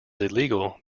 illegal